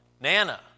Nana